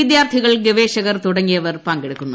വിദ്യാർത്ഥികൾ ഗവേഷകർ തുടങ്ങിയവർ പങ്കെടുക്കും